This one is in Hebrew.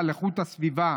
על איכות הסביבה,